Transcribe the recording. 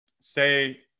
say